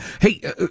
Hey